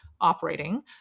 operating